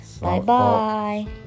Bye-bye